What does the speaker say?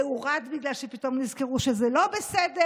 זה הורד בגלל שפתאום נזכרו שזה לא בסדר,